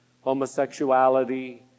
homosexuality